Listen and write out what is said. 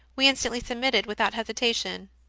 we instantly submitted without hesitation.